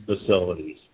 facilities